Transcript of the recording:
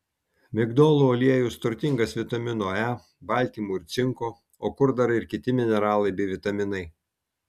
migdolų aliejus turtingas vitamino e baltymų ir cinko o kur dar ir kiti mineralai bei vitaminai